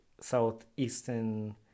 Southeastern